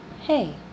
Hey